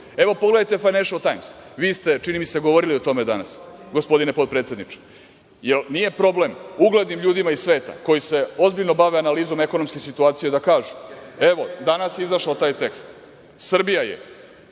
Evo pogledajte Fajnešl tajms, vi ste, čini mi se, govorili o tome danas, gospodine potpredsedniče. Jel nije problem uglednim ljudima iz sveta koji se ozbiljno bave analizom ekonomske situacije da kažu, evo, danas je izašao taj tekst i Srbija je,